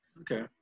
Okay